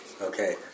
Okay